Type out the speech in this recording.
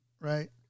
right